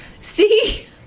See